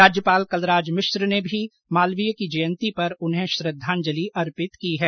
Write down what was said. राज्यपाल कलराज मिश्र ने भी मालवीय की जयंती पर उन्हें श्रद्वांजलि अर्पित की है